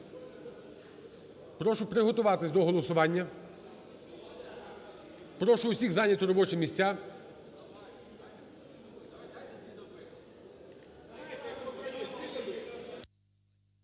Прошу приготуватися до голосування. Прошу усіх зайняти робочі місця.